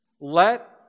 Let